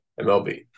MLB